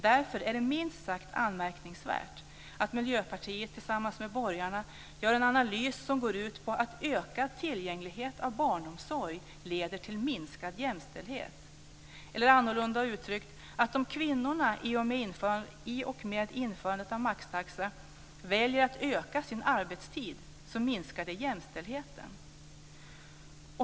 Därför är det minst sagt anmärkningsvärt att Miljöpartiet tillsammans med borgarna gör en analys som går ut på att ökad tillgänglighet av barnomsorg leder till minskad jämställdhet. Man kan uttrycka det annorlunda och säga: Om kvinnorna i och med införandet av maxtaxa väljer att öka sin arbetstid minskar det jämställdheten.